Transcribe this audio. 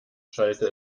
schallte